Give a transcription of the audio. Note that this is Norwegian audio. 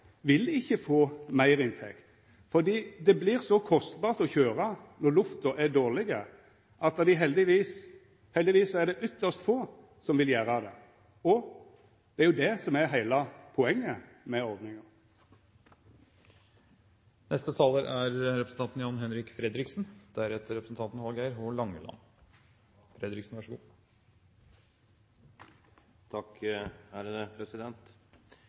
vil ikkje få meirinntekt, fordi det vert så kostbart å køyra når lufta er dårleg at det heldigvis er ytst få som vil gjera det – og det er jo det som er heile poenget med